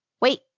Wait